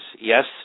yes